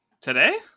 Today